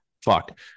Fuck